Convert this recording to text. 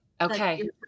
Okay